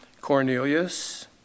Cornelius